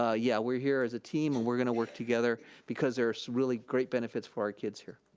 ah yeah, we're here as a team and we're gonna work together because there's really great benefits for our kids here.